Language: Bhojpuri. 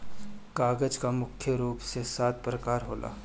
कागज कअ मुख्य रूप से सात प्रकार होला